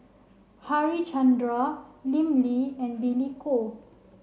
Harichandra Lim Lee and Billy Koh